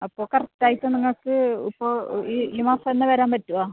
അപ്പോൾ കറക്റ്റ് ആയിട്ട് നിങ്ങൾക്ക് ഇപ്പോൾ ഈ ഈ മാസം തന്നെ വരാൻ പറ്റുമോ